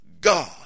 God